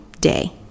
day